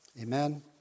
Amen